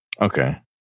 okay